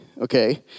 okay